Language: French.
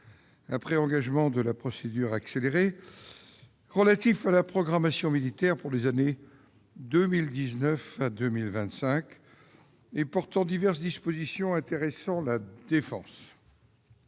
après engagement de la procédure accélérée, relatif à la programmation militaire pour les années 2019 à 2025 et portant diverses dispositions intéressant la défense